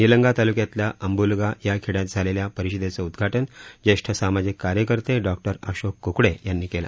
निलंगा तालुक्यातल्या अंबुलगा या खेड्यात झालेल्या परिषदेचं उद्घाटन ज्येष्ठ सामाजिक कार्यकर्ते डॉक्टर अशोक कुकडे यांनी केलं